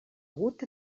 hagut